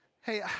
hey